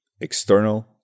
external